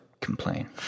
complain